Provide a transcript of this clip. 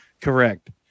Correct